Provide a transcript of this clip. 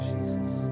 Jesus